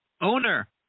Owner